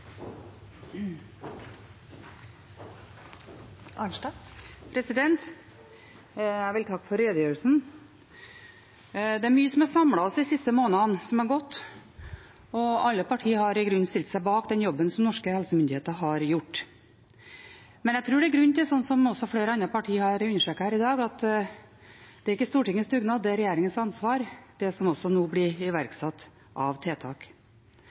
mye som har samlet oss de siste månedene som har gått, og alle partier har i grunnen stilt seg bak den jobben som norske helsemyndigheter har gjort. Men jeg tror det er grunn til å si, slik som også flere andre partier har understreket her i dag, at det er ikke Stortingets dugnad, det er regjeringens ansvar, det som nå blir iverksatt av tiltak.